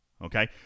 Okay